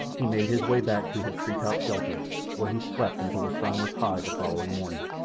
he made his way back to his tree-top shelter, where he slept until the sun was high the following morning.